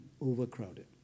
overcrowded